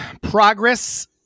Progress